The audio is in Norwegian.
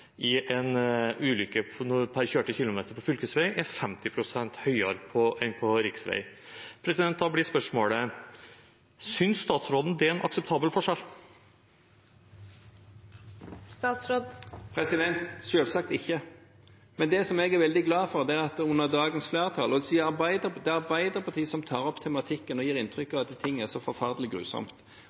i en ulykke per kjørte kilometer på fylkesvei er 50 pst. høyere enn på riksvei. Da blir spørsmålet: Synes statsråden det er en akseptabel forskjell? Selvsagt ikke. Men siden det er Arbeiderpartiet som tar opp tematikken og gir inntrykk av at alt er så forferdelig grusomt,